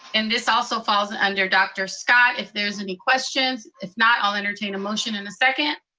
and this also falls under dr. scott. if there's any questions? if not, i'll entertain a motion and a second.